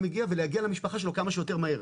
הגיע ולהגיע למשפחה שלו כמה שיותר מהר.